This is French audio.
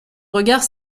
regard